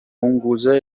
mongoose